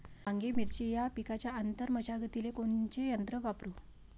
वांगे, मिरची या पिकाच्या आंतर मशागतीले कोनचे यंत्र वापरू?